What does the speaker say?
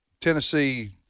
Tennessee